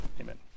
Amen